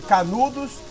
Canudos